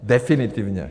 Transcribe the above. Definitivně.